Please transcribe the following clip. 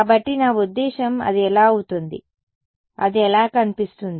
కాబట్టి నా ఉద్దేశ్యం అది ఎలా అవుతుంది అది ఎలా కనిపిస్తుంది